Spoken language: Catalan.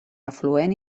afluent